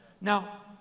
now